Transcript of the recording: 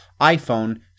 iPhone